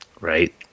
Right